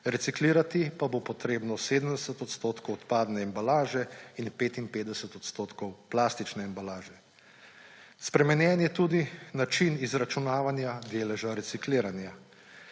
reciklirati pa bo potrebno 70 odstotkov odpade embalaže in 55 odstotkov plastične embalaže. Spremenjen je tudi način izračunavanja deleža recikliranja.